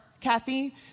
Kathy